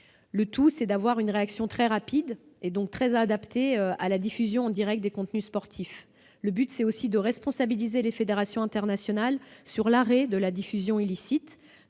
Le tout est d'avoir une réaction très rapide, donc très adaptée à la diffusion en direct des contenus sportifs. L'objectif est aussi de responsabiliser les fédérations internationales en matière d'arrêt de la diffusion illicite.